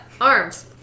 arms